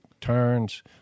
turns